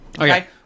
okay